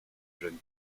jeune